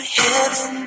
heaven